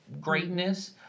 greatness